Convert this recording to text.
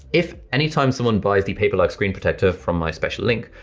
if anytime someone buys the paperlike screen protector from my special link,